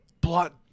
plot